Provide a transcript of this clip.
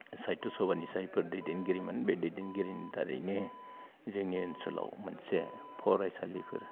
साहित्य सभानि जायफोर दैदेनगिरिमोन बे दैदेनगिरिनि दारैनो जोंनि ओनसोलाव मोनसे फरायसालिफोर